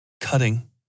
cutting